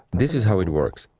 this is how it works.